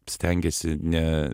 stengiesi ne